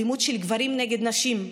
אלימות של גברים נגד נשים,